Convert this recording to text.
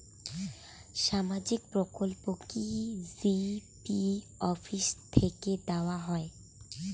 সামাজিক প্রকল্প কি জি.পি অফিস থেকে দেওয়া হয়?